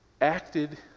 acted